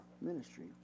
ministry